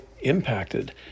impacted